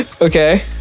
Okay